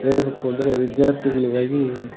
ಹೇಳ್ಬೇಕು ಅಂದರೆ ವಿದ್ಯಾರ್ಥಿಗಳಿಗಾಗಿ